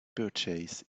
purchase